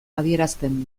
adierazten